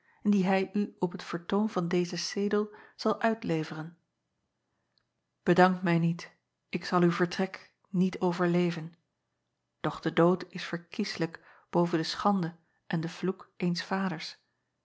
die hij u op het ver acob van ennep laasje evenster delen toon van deze cedel zal uitleveren edank mij niet ik zal uw vertrek niet overleven doch de dood is verkieslijk boven de schande en den vloek eens vaders